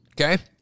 Okay